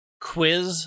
quiz